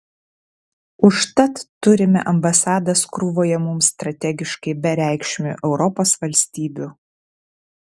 užtat turime ambasadas krūvoje mums strategiškai bereikšmių europos valstybių